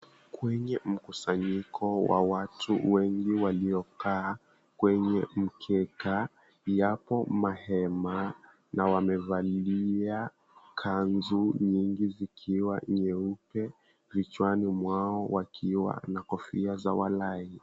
Kwenye mkusanyiko wa watu wengi waliokaa kwenye mkeka yapo mahema na wamevalia kanzu nyingi zikiwa nyeupe, vichwani mwao wakiwa na kofia za walai.